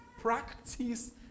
Practice